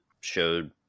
showed